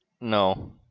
No